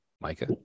Micah